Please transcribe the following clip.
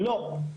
לא!